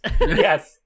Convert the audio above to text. Yes